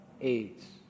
AIDS